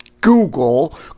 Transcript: Google